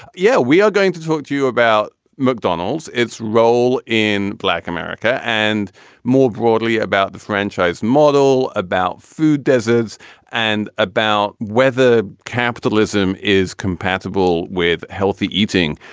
yeah. we are going to talk to you about mcdonald's, its role in black america and more broadly about the franchise model, about food deserts and about whether capitalism is compatible with healthy eating.